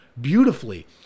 beautifully